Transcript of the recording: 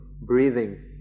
breathing